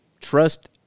trust